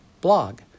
blog